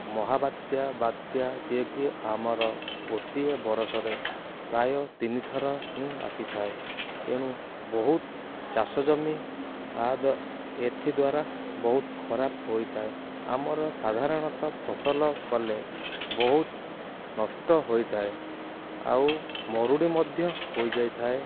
ମହାବାତ୍ୟା ବାତ୍ୟା ଯିଏକି ଆମର ଗୋଟିଏ ବରଷରେ ପ୍ରାୟ ତିନିଥର ହିଁ ଆସିଥାଏ ତେଣୁ ବହୁତ ଚାଷଜମି ଏଥିଦ୍ୱାରା ବହୁତ ଖରାପ ହୋଇଥାଏ ଆମର ସାଧାରଣତ ଫସଲ କଲେ ବହୁତ ନଷ୍ଟ ହୋଇଥାଏ ଆଉ ମରୁଡ଼ି ମଧ୍ୟ ହୋଇଯାଇଥାଏ